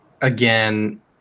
again